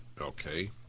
Okay